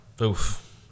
Oof